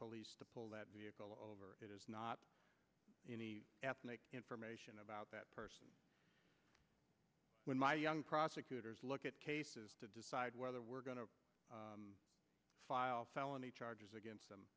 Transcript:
police to pull that vehicle over it is not any information about that person when my young prosecutors look at cases to decide whether we're going to file felony charges against them